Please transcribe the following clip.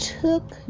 took